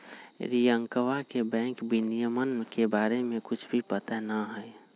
रियंकवा के बैंक विनियमन के बारे में कुछ भी पता ना हई